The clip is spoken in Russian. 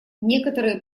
некоторые